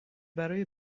برای